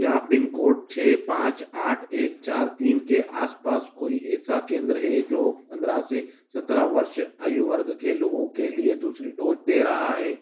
क्या pin code छ पाँच आठ एक चार तीन के आस पास कोई ऐसा केंद्र है जो पंद्रह से सत्रह वर्ष आयु वर्ग के लोगों के लिए दूसरी डोज दे रहा हे